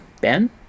Ben